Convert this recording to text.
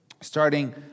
starting